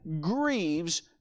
grieves